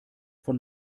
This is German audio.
von